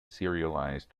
serialized